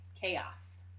chaos